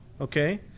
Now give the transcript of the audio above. okay